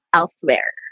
elsewhere